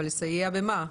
אבל לסייע במה.